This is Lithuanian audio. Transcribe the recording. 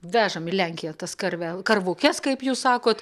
vežam į lenkiją tas karvel karvukes kaip jūs sakote